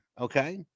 okay